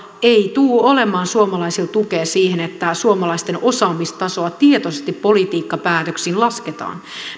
ei tule olemaan suomalaisilta tukea siihen että suomalaisten osaamistasoa tietoisesti politiikkapäätöksin lasketaan